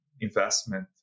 investment